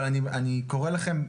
אבל אני קורא לכם,